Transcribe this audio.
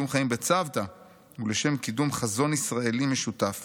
חיים בצוותא ולשם קידום חזון ישראלי משותף